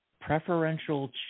preferential